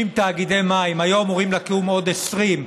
60 תאגידי מים, היו אמורים לקום עוד 20,